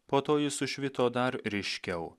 po to ji sušvito dar ryškiau